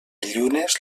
llunes